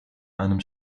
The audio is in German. einem